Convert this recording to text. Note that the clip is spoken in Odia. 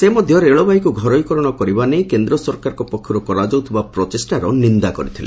ସେ ମଧ୍ୟ ରେଳବାଇକୁ ଘରୋଇକରଣ କରିବା ନେଇ କେନ୍ଦ୍ର ସରକାରଙ୍କ ପକ୍ଷର୍ତ କରାଯାଉଥିବା ପ୍ରଚେଷ୍ଟାର ନିନ୍ଦା କରିଥିଲେ